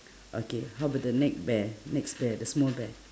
okay how about the next bear next bear the small bear